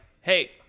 hey